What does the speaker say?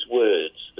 words